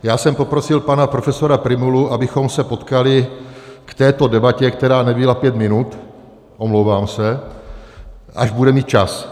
Já jsem poprosil pana profesora Prymulu, abychom se potkali k této debatě, která nebyla pět minut, omlouvám se, až bude mít čas.